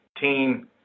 team